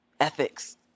ethics